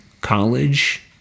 college